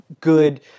good